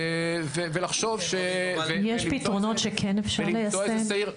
יש פתרונות שכן אפשר ליישם?